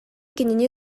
кинини